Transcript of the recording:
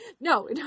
No